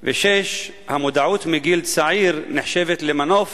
6. המודעות מגיל צעיר נחשבת למנוף